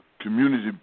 community